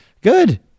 good